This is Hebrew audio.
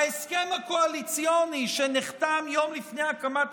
ההסכם הקואליציוני שנחתם יום לפני הקמת